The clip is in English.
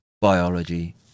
biology